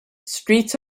streets